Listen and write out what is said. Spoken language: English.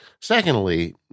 secondly